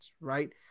right